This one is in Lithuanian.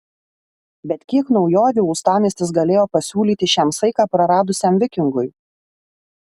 bet kiek naujovių uostamiestis galėjo pasiūlyti šiam saiką praradusiam vikingui